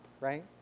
Right